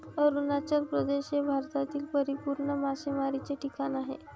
अरुणाचल प्रदेश हे भारतातील परिपूर्ण मासेमारीचे ठिकाण आहे